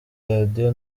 radio